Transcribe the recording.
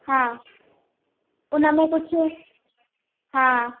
हा उन में कुझु हा